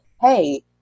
Hey